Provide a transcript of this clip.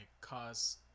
cause